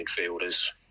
midfielders